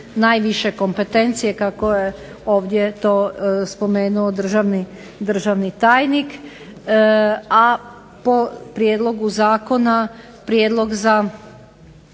najviše kompetencije kako je to ovdje spomenuo državni tajni. A po prijedlogu zakona, prijedlog za